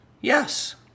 Yes